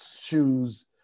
shoes